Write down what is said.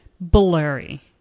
blurry